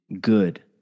good